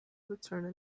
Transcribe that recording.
returned